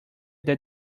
that